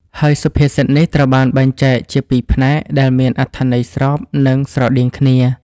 ហើយសុភាសិតនេះត្រូវបានបែងចែកជាពីរផ្នែក ដែលមានអត្ថន័យស្រប និងស្រដៀងគ្នា។